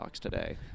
today